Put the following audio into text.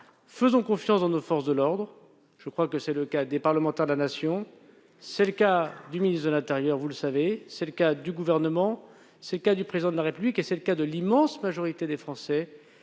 Faisons confiance à nos forces de l'ordre. C'est le cas des parlementaires, représentants de la Nation ; c'est le cas du ministre de l'intérieur, vous le savez ; c'est le cas du Gouvernement tout entier ; c'est le cas du Président de la République et c'est le cas de l'immense majorité des Français.